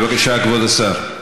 בבקשה, כבוד השר.